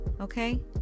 okay